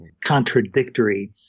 contradictory